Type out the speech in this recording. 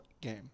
game